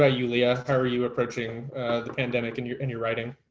ah you leah, how are you approaching the pandemic in your in your writing?